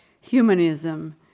humanism